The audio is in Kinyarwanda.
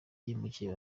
yahemukiye